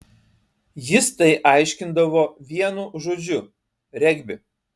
jis tai aiškindavo vienu žodžiu regbi